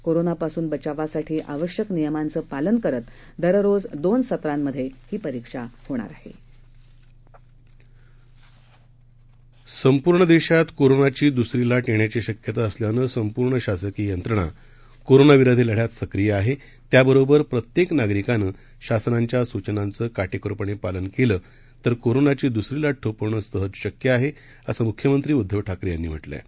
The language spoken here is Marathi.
कोरोनापासूनबचावासाठीआवश्यकनियमांचंपालनकरतदररोजदोनसत्रांमधेहीपरीक्षाहोणारआहे संपूर्णदेशातकोरोनाचीद्सरीलाटयेण्याचीशक्यताअसल्यानंसंपूर्णशासकीययंत्रणाकोरोना विरोधीलढ्यातसक्रीयआहे त्याबरोबरप्रत्येकनागरिकानंशासनाच्यास्चनांचंकाटेकोरपणेपालनकेलंतरकोरोनाचीद्सरीलाट थोपवणंसहजशक्यआहे असंम्ख्यमंत्रीउद्धवठाकरेयांनीम्हटलंआहे